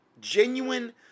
Genuine